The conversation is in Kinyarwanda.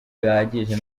bihagije